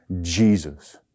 Jesus